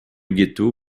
ghetto